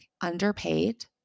underpaid